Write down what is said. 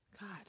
God